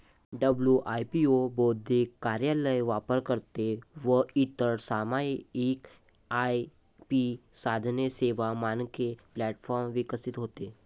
WIPO बौद्धिक कार्यालय, वापरकर्ते व इतर सामायिक आय.पी साधने, सेवा, मानके प्लॅटफॉर्म विकसित होते